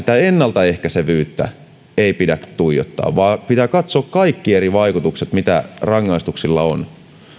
pelkästään ennaltaehkäisevyyttä ei pidä tuijottaa vaan pitää katsoa kaikki eri vaikutukset mitä rangaistuksilla on